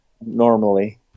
normally